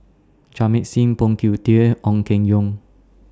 Jamit Singh Phoon Yew Tien Ong Keng Yong